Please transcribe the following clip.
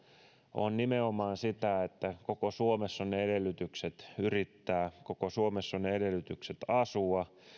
on nimenomaan sitä että koko suomessa on edellytykset yrittää koko suomessa on edellytykset asua